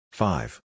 Five